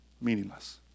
meaningless